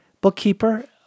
bookkeeper